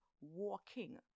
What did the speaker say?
walking